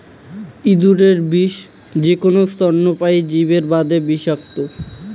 এন্দুরের বিষ যেকুনো স্তন্যপায়ী জীবের বাদে বিষাক্ত,